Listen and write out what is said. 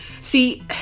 See